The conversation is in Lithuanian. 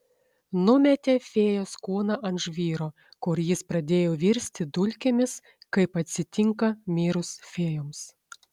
numetė fėjos kūną ant žvyro kur jis pradėjo virsti dulkėmis kaip atsitinka mirus fėjoms